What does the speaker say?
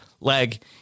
leg